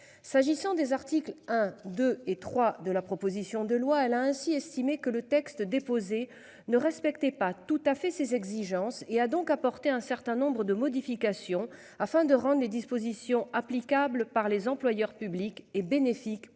S'agissant des articles 1 2 et 3 de la proposition de loi, elle a ainsi estimé que le texte déposé ne respectait pas tout à fait ses exigences et a donc apporté un certain nombre de modifications afin de rendre les dispositions applicables par les employeurs publics et bénéfique pour